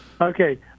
Okay